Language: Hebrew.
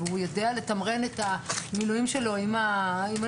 והוא יודע לתמרן את המילואים שלו עם הלימודים,